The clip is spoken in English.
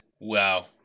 Wow